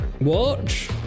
watch